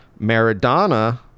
Maradona